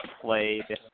played